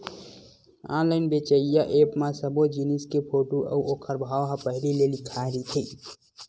online बेचइया app म सब्बो जिनिस के फोटू अउ ओखर भाव ह पहिली ले लिखाए रहिथे